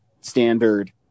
standard